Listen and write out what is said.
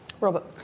Robert